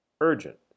urgent